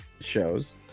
shows